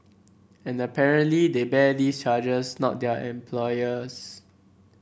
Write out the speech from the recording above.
and apparently they bear these charges not their employers